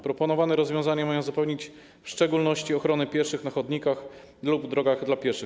Proponowane rozwiązania mają zapewnić w szczególności ochronę pieszych na chodnikach lub drogach dla pieszych.